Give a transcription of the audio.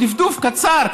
בדפדוף קצר,